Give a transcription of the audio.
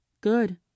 Good